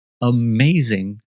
Amazing